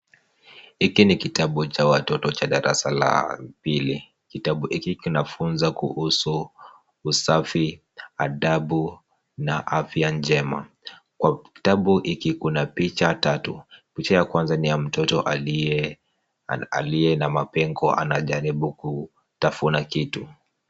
Hiki ni kitabu cha watoto cha darasa la pili. Kitabu hiki kinafunza kuhusu usafi, adabu na afya njema. Kwa kitabu hiki kuna picha tatu. Picha ya kwanza ni ya mtoto aliye na mapengo anajaribu kutafuna kitu.